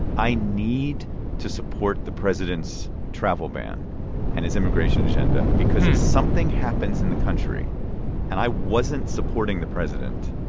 i need to support the president's travel ban and his immigration agenda because if something happens in the country and i wasn't supporting the president,